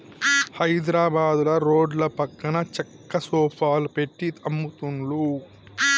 హైద్రాబాదుల రోడ్ల పక్కన చెక్క సోఫాలు పెట్టి అమ్ముతున్లు